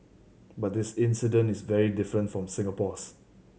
but this incident is very different from Singapore's